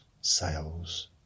Sales